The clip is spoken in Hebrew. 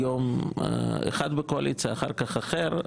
היום אחד בקואליציה, אחר כך אחר.